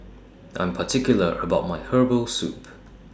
I'm particular about My Herbal Soup